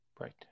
Right